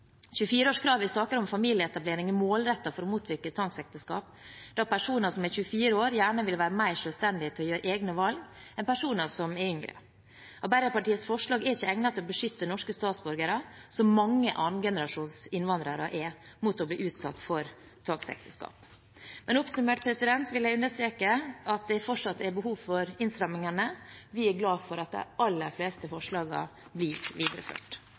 24 år, gjerne vil være mer selvstendige og gjøre egne valg enn personer som er yngre. Arbeiderpartiets forslag er ikke egnet til å beskytte norske statsborgere, som mange annengenerasjons innvandrere er, mot å bli utsatt for tvangsekteskap. Oppsummert vil jeg understreke at det fortsatt er behov for innstramningene. Vi er glad for at de aller fleste forslagene blir videreført.